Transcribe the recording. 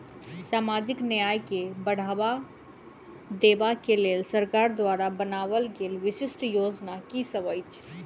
सामाजिक न्याय केँ बढ़ाबा देबा केँ लेल सरकार द्वारा बनावल गेल विशिष्ट योजना की सब अछि?